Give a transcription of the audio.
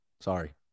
Sorry